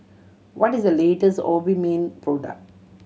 what is the latest Obimin product